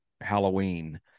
Halloween